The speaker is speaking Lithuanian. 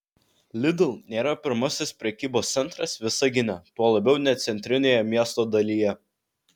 lidl nėra pirmasis prekybos centras visagine tuo labiau ne centrinėje miesto dalyje